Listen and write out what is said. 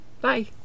bye